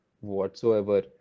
whatsoever